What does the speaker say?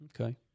Okay